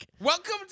welcome